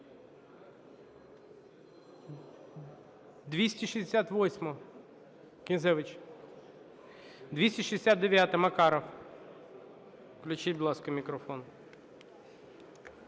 268-а, Князевич. 269-а, Макаров. Включіть, будь ласка, мікрофон.